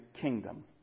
kingdom